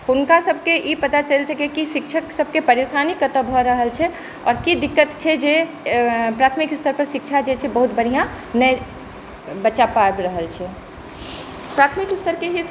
हुनका सभकेँ ई पता नहि चलि सकै कि शिक्षककेँ परेशानी कतऽ भऽ रहल छै आओर की दिक्कत छै जे प्राथमिक स्तर पर शिक्षा जे छै से बहुत बढ़िऑं नहि बच्चा पाबि रहल छै प्राथमिक स्तरके ही शिक्षा